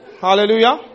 Hallelujah